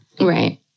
Right